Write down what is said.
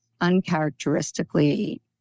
uncharacteristically